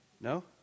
No